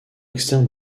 externe